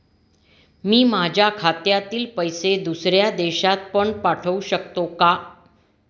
मी माझ्या खात्यातील पैसे दुसऱ्या देशात पण पाठवू शकतो का?